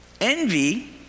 Envy